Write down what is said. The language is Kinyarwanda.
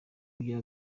ibyo